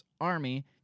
army